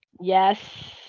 Yes